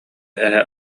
эһэ